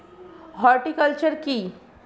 Horticulture কি?